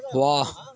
واہ